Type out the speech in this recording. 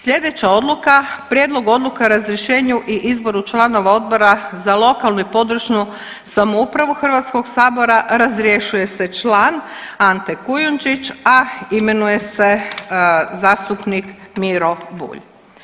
Slijedeća odluka, Prijedlog odluke o razrješenju i izboru članova Odbora za lokalnu i područnu samoupravu HS, razrješuje se član Ante Kujundžić, a imenuje se zastupnik Miro Bulj.